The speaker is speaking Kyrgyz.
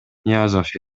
ниязов